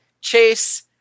Chase